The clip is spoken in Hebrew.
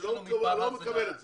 אני לא מקבל את זה.